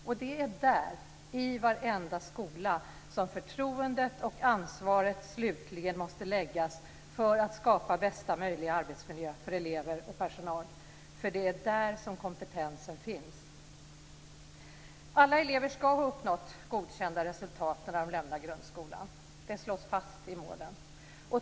Och det är där, i varenda skola, som förtroendet och ansvaret slutligen måste läggas för att skapa bästa möjliga arbetsmiljö för elever och personal, för det är där kompetensen finns. Alla elever ska ha uppnått godkända resultat när de lämnar grundskolan. Det slås fast i målen.